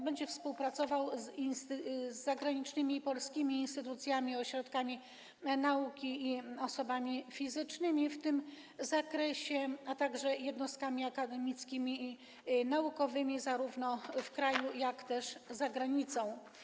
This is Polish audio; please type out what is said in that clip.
Będzie współpracował z zagranicznymi i polskimi instytucjami, ośrodkami nauki i osobami fizycznymi w tym zakresie, a także jednostkami akademickimi i naukowymi zarówno w kraju, jak i za granicą.